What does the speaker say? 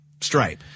stripe